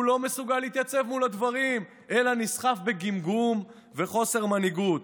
הוא לא מסוגל להתייצב מול הדברים אלא נסחף בגמגום וחוסר מנהיגות.